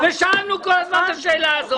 שאלנו את השאלה הזאת.